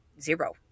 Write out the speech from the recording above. zero